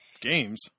Games